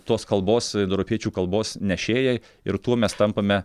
tos kalbos indoeuropiečių kalbos nešėjai ir tuo mes tampame